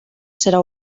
serà